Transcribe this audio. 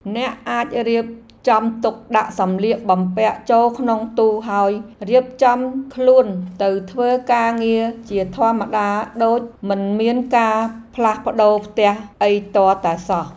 អ្នកអាចរៀបចំទុកដាក់សម្លៀកបំពាក់ចូលក្នុងទូហើយរៀបចំខ្លួនទៅធ្វើការងារជាធម្មតាដូចមិនមានការផ្លាស់ប្ដូរផ្ទះអីទាល់តែសោះ។